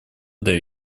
для